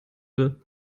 will